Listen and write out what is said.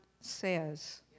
says